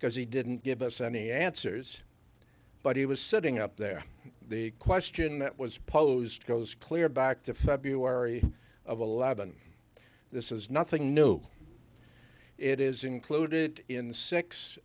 because he didn't give us any answers but he was sitting up there the question that was posed goes clear back to february of eleven this is nothing new it is included in s